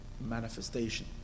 manifestation